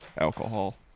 Alcohol